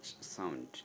sound